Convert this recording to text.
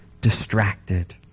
distracted